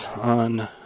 on